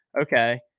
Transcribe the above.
okay